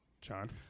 John